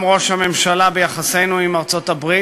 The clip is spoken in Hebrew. ראש הממשלה ביחסינו עם ארצות-הברית,